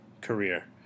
career